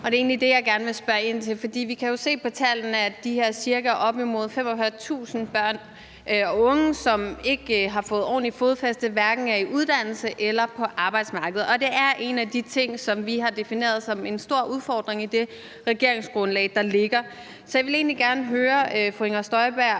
egentlig det, jeg gerne vil spørge ind til, for vi kan jo se på tallene, at der er op imod 45.000 børn og unge, som ikke har fået ordentligt fodfæste og hverken er i uddannelse eller på arbejdsmarkedet, og det er en af de ting, som man har defineret som en stor udfordring i det regeringsgrundlag, der ligger. Så jeg vil egentlig gerne høre fru Inger Støjberg,